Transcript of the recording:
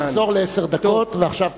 נחזור לעשר דקות, ועכשיו תתחיל.